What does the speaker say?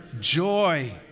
joy